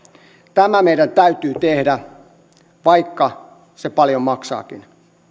tämä meidän täytyy tehdä vaikka se paljon maksaakin